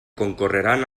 concorreran